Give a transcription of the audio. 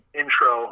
intro